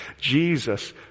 Jesus